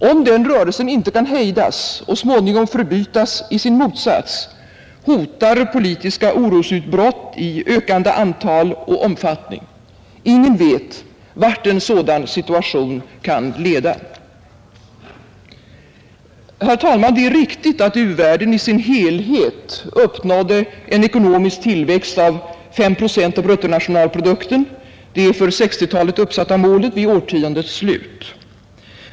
Om den rörelsen inte kan hejdas och småningom förbytas i sin motsats, hotar politiska orosutbrott i ökande antal och omfattning. Ingen vet vart en sådan situation kan leda. Herr talman! Det är riktigt att u-världen i sin helhet uppnådde en ekonomisk tillväxt av 5 procent av bruttonationalprodukten — det för 1960-talet uppsatta målet — vid årtiondets slut.